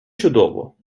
чудово